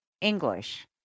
English